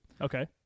Okay